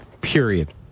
Period